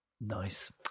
nice